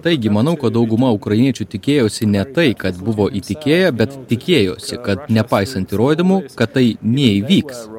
taigi manau kad dauguma ukrainiečių tikėjosi ne tai kad buvo įtikėję bet tikėjosi kad nepaisant įrodymų kad tai neįvyks